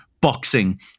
boxing